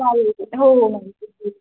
चालेल हो हो हो नक्की